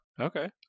Okay